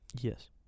Yes